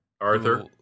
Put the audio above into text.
Arthur